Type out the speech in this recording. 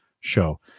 show